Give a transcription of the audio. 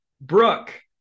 Brooke